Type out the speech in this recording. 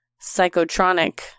psychotronic